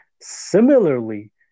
Similarly